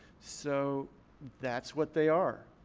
so that's what they are.